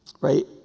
Right